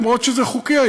אף שזה היה חוקי,